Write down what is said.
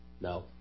No